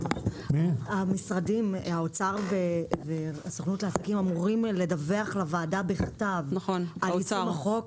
משרד האוצר והסוכנות לעסקים אמורים לדווח לוועדה בכתב על יישום החוק.